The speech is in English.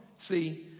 See